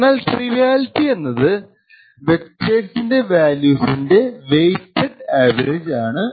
എന്നാൽ ട്രിവിയാലിറ്റി എന്നത് വെക്ടറിന്റെ വാല്യൂസിന്റെ വെയ്റ്റഡ് ആവറേജ് ആണ്